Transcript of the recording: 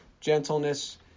gentleness